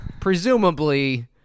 presumably